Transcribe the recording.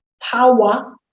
power